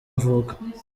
mvuka